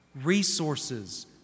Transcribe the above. Resources